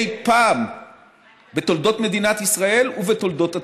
אי-פעם בתולדות מדינת ישראל ובתולדות הציונות.